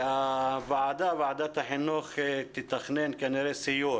ועדת החינוך תתכנן כנראה סיור